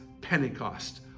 Pentecost